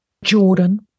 Jordan